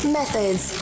methods